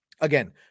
Again